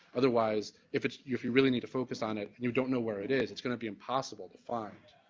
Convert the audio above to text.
otherwise, if it's if you really need to focus on it and you don't know where it is, it's going to be impossible to find.